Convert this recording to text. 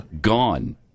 gone